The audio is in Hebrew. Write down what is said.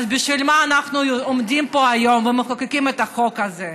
אז בשביל מה אנחנו עומדים פה היום ומחוקקים את החוק הזה?